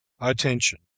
Attention